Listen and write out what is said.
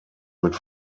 mit